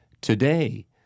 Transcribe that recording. today